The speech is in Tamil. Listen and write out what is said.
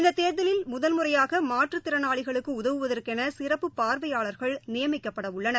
இந்ததேர்தலில் முதல் முறையாகமாற்றுதிறனாளிகளுக்குஉதவுவதற்கெனசிறப்பு பார்வையாளர்கள் நியமிக்கப்படஉள்ளனர்